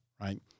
Right